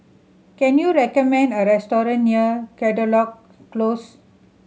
can you recommend a restaurant near Caldecott Close